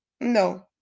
no